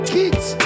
Kids